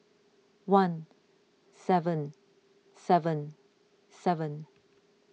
one seven seven seven